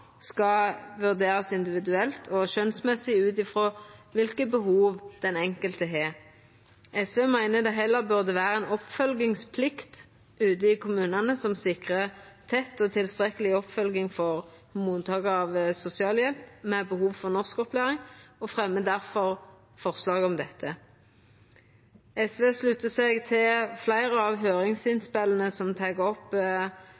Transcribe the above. skal vurderast individuelt og skjønsmessig ut frå kva behov den enkelte har. SV meiner det heller burde vera ei oppfølgingsplikt ute i kommunane som sikrar tett og tilstrekkeleg oppfølging for mottakarar av sosialhjelp med behov for norskopplæring, og fremjar derfor forslag om det. SV sluttar seg til fleire av høyringsinnspela som tek opp